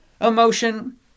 emotion